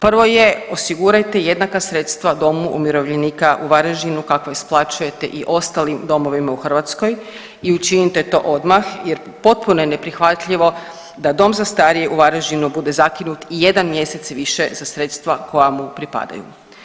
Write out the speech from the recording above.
Prvo je osigurajte jednaka sredstva domu umirovljenika u Varaždinu kako isplaćujete i ostalim domovima u Hrvatskoj i učinite to odmah, jer potpuno je neprihvatljivo da dom za starije u Varaždinu bude zakinut i jedan mjesec više za sredstva koja mu pripadaju.